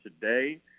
today